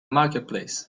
marketplace